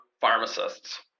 pharmacists